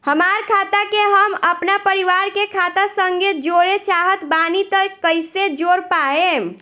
हमार खाता के हम अपना परिवार के खाता संगे जोड़े चाहत बानी त कईसे जोड़ पाएम?